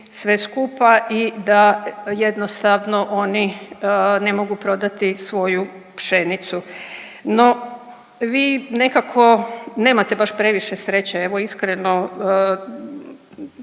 sve skupa i da jednostavno oni ne mogu prodati svoju pšenicu. No vi nekako nemate baš previše sreće, evo iskreno,